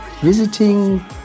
visiting